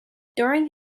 during